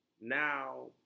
now